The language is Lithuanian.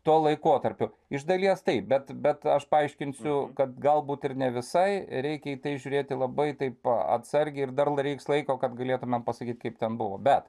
tuo laikotarpiu iš dalies taip bet bet aš paaiškinsiu kad galbūt ir ne visai reikia į tai žiūrėti labai taip pat atsargiai ir dar reiks laiko kad galėtumėm pasakyti kaip ten buvo bet